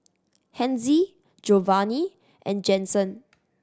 Hezzie Giovanni and Jensen